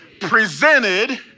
presented